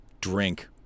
drink